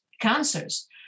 cancers